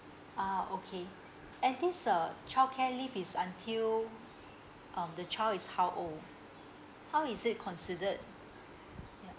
ah okay and this uh childcare leave is until um the child is how old how is it considered ya